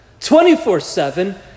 24-7